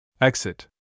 Exit